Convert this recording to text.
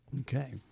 Okay